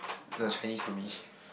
the Chinese